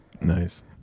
Nice